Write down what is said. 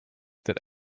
that